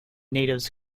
natives